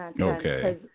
Okay